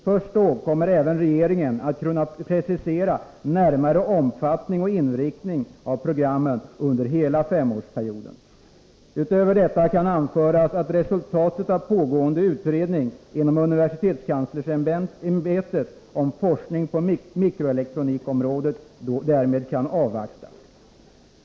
Först då kommer även regeringen att kunna precisera närmare omfattning och inriktning av programmet under hela femårsperioden. Utöver detta kan anföras att resultatet av pågående utredning inom universitetskanslersämbetet om forskningen på mikroelektronikområdet därmed kan avvaktas.